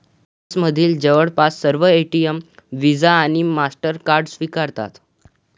फ्रान्समधील जवळपास सर्व एटीएम व्हिसा आणि मास्टरकार्ड स्वीकारतात